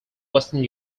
western